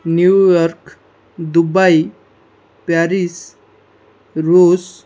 New York Dubai Paris Russia